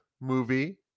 movie